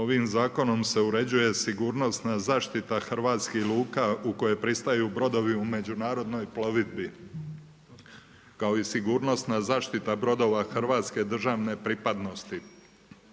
ovim zakonom se uređuje sigurnosna zaštita hrvatskih luka u koje pristaju brodovi u međunarodnoj plovidbi kao i sigurnosna zaštita brodova hrvatske državne pripadnosti.